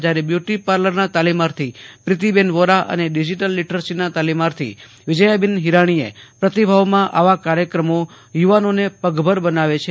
જ્યારે બ્યુટી પાર્લરના તાલીમાર્થી પ્રીતીબેન વોરા અને ડીઝીટલ લીટરસીના તાલીમાર્થી વિજયાબેન હિરાણીએ પ્રતિભાવમાં આવા કાર્યક્રમો યુવાનોને પગભર બનાવે છે